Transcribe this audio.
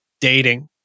dating